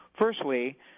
firstly